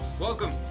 Welcome